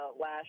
last